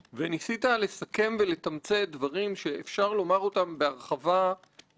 היו מבחינתי פשוט הוכחה איך אפשר לקחת ועדה בתנאים מורכבים,